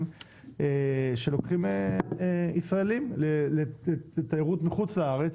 שלוקחים ישראלים לתיירות מחוץ לארץ.